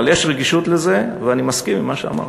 אבל יש רגישות לזה, ואני מסכים עם מה שאמרת.